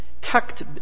tucked